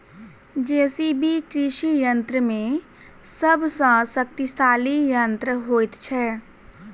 JCB कृषि यंत्र मे सभ सॅ शक्तिशाली यंत्र होइत छै